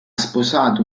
sposato